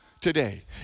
today